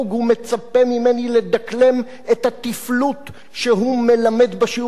הוא מצפה ממני לדקלם את התִפלוּת שהוא מלמד בשיעורים